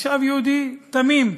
תושב יהודי תמים,